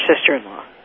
sister-in-law